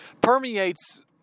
permeates